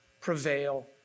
prevail